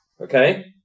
okay